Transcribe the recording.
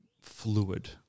fluid